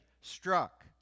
struck